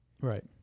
Right